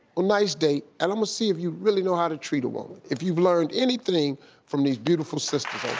a nice date. and i'm gonna see if you really know how to treat a woman. if you've learned anything form these beautiful sisters.